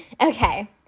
Okay